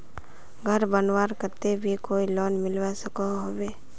घोर बनवार केते भी कोई लोन मिलवा सकोहो होबे?